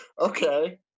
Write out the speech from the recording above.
okay